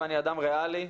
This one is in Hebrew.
אני אדם ריאלי,